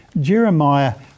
Jeremiah